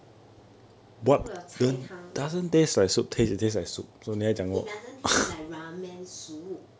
you know the 菜汤 it doesn't taste like ramen soup